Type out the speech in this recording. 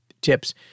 tips